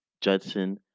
Judson